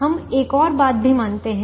हम एक और बात भी मानते हैं